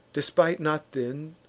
despite not then,